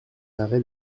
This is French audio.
arrêts